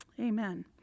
Amen